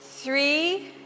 three